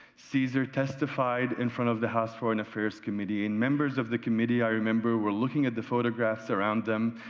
caesar testified in front of the house foreign affairs committee and members of the committee i remember were looking at the photographs around them,